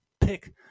pick